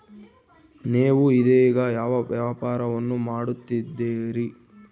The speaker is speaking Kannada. ನೇವು ಇದೇಗ ಯಾವ ವ್ಯಾಪಾರವನ್ನು ಮಾಡುತ್ತಿದ್ದೇರಿ?